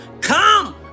Come